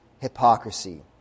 hypocrisy